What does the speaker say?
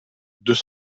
deux